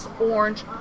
Orange